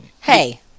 Hey